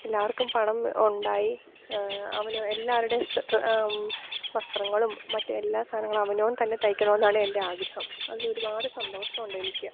എല്ലാവർക്കും പണം ഉണ്ടായി അവനോ എല്ലാവരുടെയും വസ്ത്രങ്ങളും മറ്റ് എല്ലാ സാധനങ്ങളും അവനവൻ തന്നെ തയ്ക്കണമെന്നാണ് എൻ്റെ ആഗ്രഹം അതിലൊരുപാട് സന്തോഷമുണ്ട് എനിക്ക്